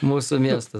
mūsų miestas